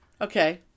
Okay